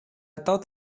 thought